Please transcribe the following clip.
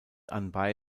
anbei